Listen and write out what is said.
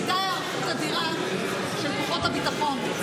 הייתה היערכות אדירה של כוחות הביטחון.